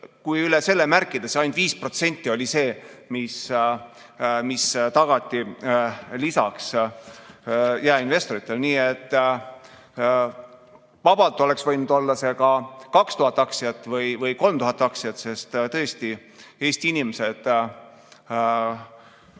kui üle selle märkida, siis ainult 5% oli see, mis tagati lisaks jaeinvestoritele, nii et vabalt oleks võinud olla see ka 2000 aktsiat või 3000 aktsiat, sest tõesti Eesti inimesed